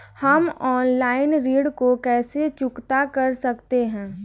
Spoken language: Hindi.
हम ऑनलाइन ऋण को कैसे चुकता कर सकते हैं?